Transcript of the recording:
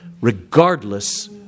regardless